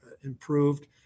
improved